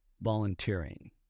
volunteering